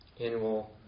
annual